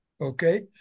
okay